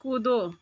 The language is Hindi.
कूदो